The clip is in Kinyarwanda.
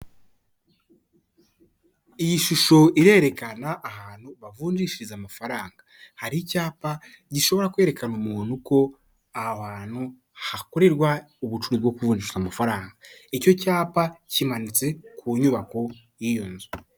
iyi shusho irerekana ahantu bavunjishiriza amafaranga, hari icyapa gishobora kwerekana umuntu ko aho hantu hakorerwa ubucuruzi bwo kucunjisha amafaranga, icyo cyapa kimanitse ku nyubako y'iyo nzu.